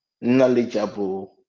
knowledgeable